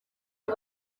abo